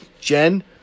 Jen